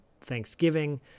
Thanksgiving